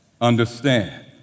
Understand